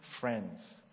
friends